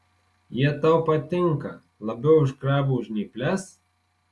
jie tau patinka labiau už krabų žnyples